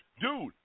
Dude